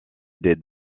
des